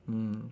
mm